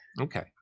Okay